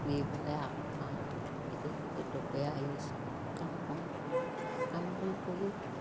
দি পেলাই আকৌ মাৰ লগত ইটো সিটো দুপৰীয়া আয়োজন কাম কৰোঁ কাম বন কৰি